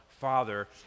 father